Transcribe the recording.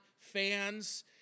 fans